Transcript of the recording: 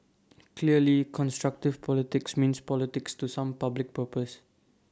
clearly constructive politics means politics to some public purpose